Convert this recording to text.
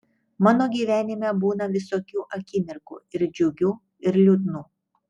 mano gyvenime būna visokių akimirkų ir džiugių ir liūdnų